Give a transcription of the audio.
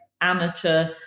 amateur